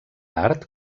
art